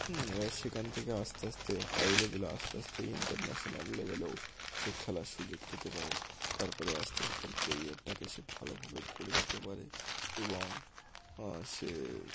হুম এবার সেখান থেকে আস্তে আস্তে হাই লেভেলে আস্তে আস্তে ইন্টারন্যাশনাল লেভেলেও সে খেলার সুযোগ পেতে পারে তার পরে আস্তে আস্তে তার কেরিয়ারটাকে সে ভালোভাবে গড়ে নিতে পারে এবং সে